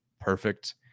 perfect